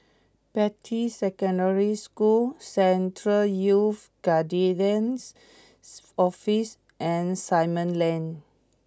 Beatty Secondary School Central Youth Guidance Office and Simon Lane